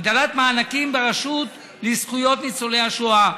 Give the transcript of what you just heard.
הגדלת מענקים ברשות לזכויות ניצולי השואה,